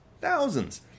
Thousands